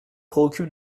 préoccupe